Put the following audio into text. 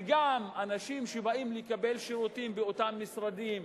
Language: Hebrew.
וגם אנשים שבאים לקבל שירותים באותם משרדים,